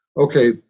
okay